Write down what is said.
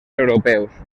europeus